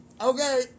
Okay